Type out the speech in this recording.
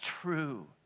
true